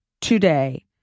today